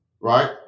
right